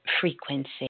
frequency